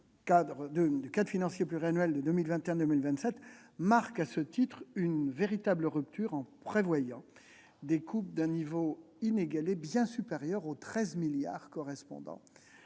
de cadre financier pluriannuel de 2021 à 2027 marque à ce titre une véritable rupture, en prévoyant des coupes d'un niveau inégalé, bien supérieur aux 13 milliards d'euros correspondant